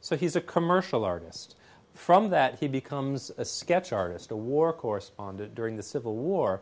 so he's a commercial artist from that he becomes a sketch artist a war correspondent during the civil war